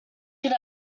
can